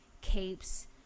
capes